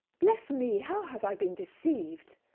bless me, how have i been deceived!